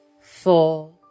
four